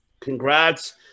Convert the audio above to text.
Congrats